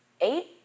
eight